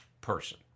person